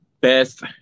best